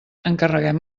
encarreguem